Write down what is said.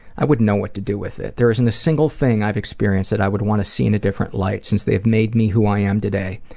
i wouldn't know what to do with it. there isn't a single thing i've experienced that i would want to see in a different light since they've made me who i am today.